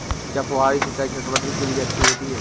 क्या फुहारी सिंचाई चटवटरी के लिए अच्छी होती है?